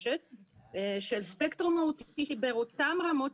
הספקטרום האוטיסטי באותן רמות,